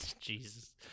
Jesus